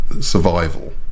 survival